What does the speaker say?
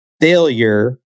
failure